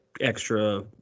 extra